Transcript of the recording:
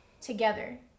together